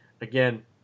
again